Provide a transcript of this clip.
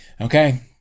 Okay